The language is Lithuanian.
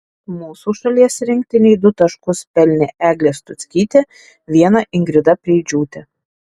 mūsų šalies rinktinei du taškus pelnė eglė stuckytė vieną ingrida preidžiūtė